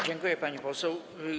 Dziękuję, pani poseł.